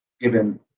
given